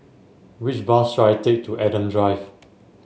which bus should I take to Adam Drive